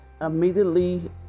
immediately